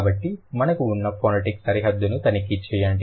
కాబట్టి మనకు ఉన్న ఫొనెటిక్ సరిహద్దును తనిఖీ చేయండి